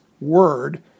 word